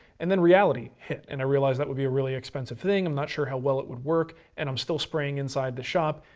and then reality hit, and i realized that would be a really expensive thing, i'm not sure how well it would work, and i'm still spraying inside the shop.